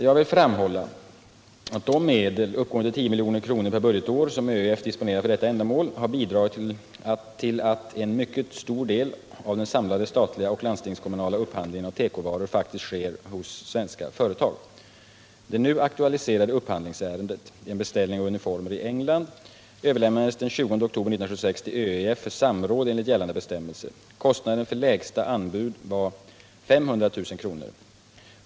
Jag vill framhålla att de medel, uppgående till 10 milj.kr. per budgetår, som ÖEF disponerar för detta ändamål har bidragit till att en mycket stor del av den samlade statliga och landstingskommunala upphandlingen av tekovaror faktiskt sker i svenska företag. Det nu aktualiserade upphandlingsärendet, en beställning av uniformer i England, överlämnades den 20 oktober 1976 till ÖEF för samråd enligt gällande bestämmelser. Det lägsta utländska anbudet uppgick till 500 000 kr.